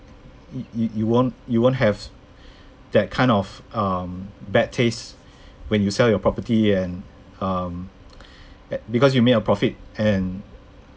y~ y~ you won't you won't have that kind of um bad taste when you sell your property and um at because you made a profit and